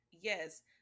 Yes